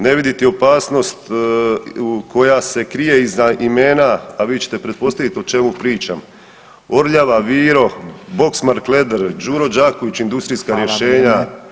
Ne viditi opasnost koja se krije iza imena, a vi ćete pretpostaviti o čemu pričam, Orljava, Viro, Boxmark Leather, Đuro Đaković Industrijska rješenja,